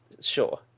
Sure